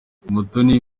umutoni